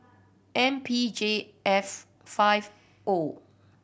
M P J F five O